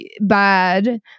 bad